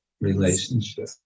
relationship